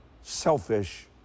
selfish